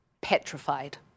petrified